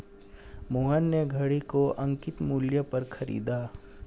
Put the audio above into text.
मोहन ने घड़ी को अंकित मूल्य पर खरीदा